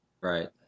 Right